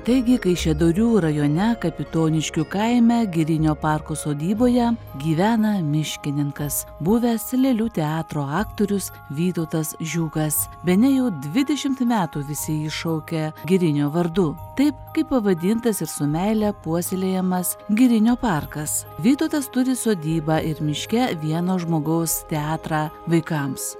taigi kaišiadorių rajone kapitoniškių kaime girinio parko sodyboje gyvena miškininkas buvęs lėlių teatro aktorius vytautas žiūkas bene jau dvidešimt metų visi jį šaukia girinio vardu taip kaip pavadintas ir su meile puoselėjamas girinio parkas vytautas turi sodybą ir miške vieno žmogaus teatrą vaikams